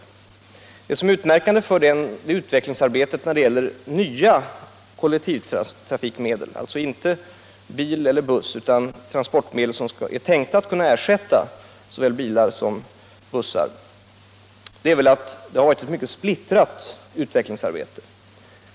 Utmärkande för utvecklingsarbetet när det gäller nya kollektivtrafikmedel — alltså inte bil eller buss utan transportmedel som är tänkta att kunna ersätta såväl bilar som bussar — är att det varit mycket splittrat.